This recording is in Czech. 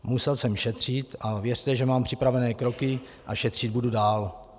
Musel jsem šetřit, a věřte, že mám připravené kroky a šetřit budu dál.